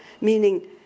meaning